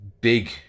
big